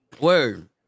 Word